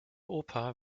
oper